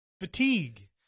Fatigue